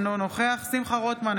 אינו נוכח שמחה רוטמן,